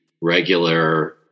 regular